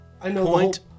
point